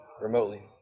remotely